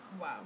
Wow